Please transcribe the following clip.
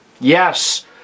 Yes